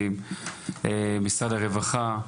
הרווחה,